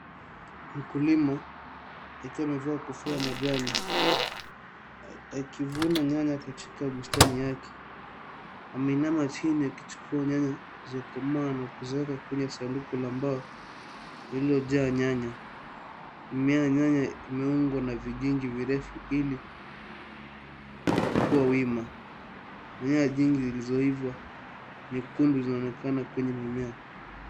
Mkulima akiwa amevaa kofia ya majani, akivuna nyanya katika bustani yake. Ameinama chini akichukua nyanya zilizokomaa na kuziweka kwenye sanduku la mbao, lililojaa nyanya. Nyanya imeungwa na vikingi virefu ili kukuwa wima. Nyanya hizi zilizoiva nyeundu zinaonekana kwenye mimea.